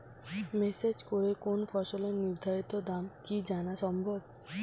Message করে কোন ফসলের নির্ধারিত দাম কি জানা সম্ভব?